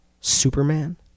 Superman